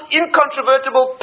incontrovertible